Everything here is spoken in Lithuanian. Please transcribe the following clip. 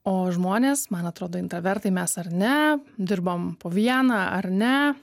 o žmonės man atrodo intravertai mes ar ne dirbam po vieną ar ne